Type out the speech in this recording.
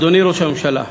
אדוני ראש הממשלה,